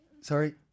Sorry